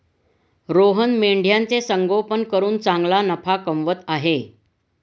रोहन मेंढ्यांचे संगोपन करून चांगला नफा कमवत आहे